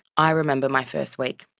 i remember my first week.